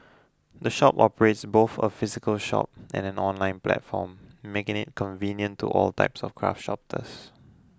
the shop operates both a physical shop and an online platform making it convenient to all types of craft